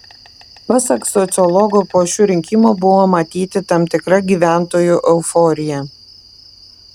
pasak sociologo po šių rinkimų buvo matyti tam tikra gyventojų euforija